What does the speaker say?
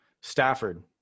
Stafford